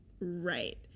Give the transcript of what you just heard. Right